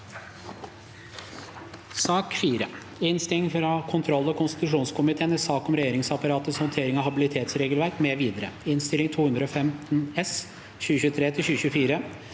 Innstilling fra kontroll- og konstitusjonskomiteen i sak om regjeringsapparatets håndtering av habilitetsre- gelverk mv. (Innst. 215 S (2023–2024))